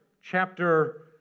chapter